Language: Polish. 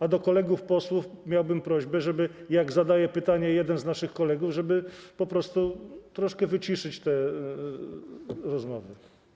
A do kolegów posłów miałbym prośbę, żeby jak zadaje pytanie jeden z naszych kolegów, po prostu troszkę wyciszyć te rozmowy.